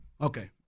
Okay